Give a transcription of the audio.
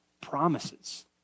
promises